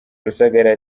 rusagara